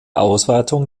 ausweitung